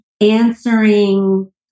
answering